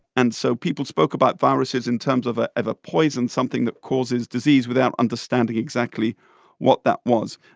and so people spoke about viruses in terms of ah of a poison something that causes disease without understanding exactly what that was.